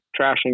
trashing